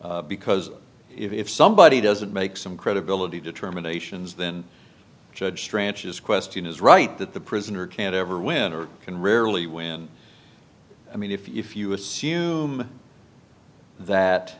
because if somebody doesn't make some credibility determinations then judge tranches question is right that the prisoner can't ever win or can rarely win i mean if you assume that